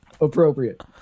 appropriate